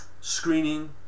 screening